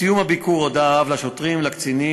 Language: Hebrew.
בסיום הביקור הודה האב לשוטרים ולקצינים,